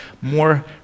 more